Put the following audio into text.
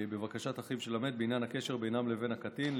בבקשת אֶחָיו של המת בעניין הקשר בינם לבין הקטין.